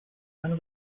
then